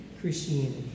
Christianity